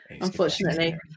Unfortunately